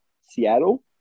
Seattle